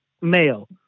male